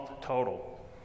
total